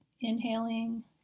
inhaling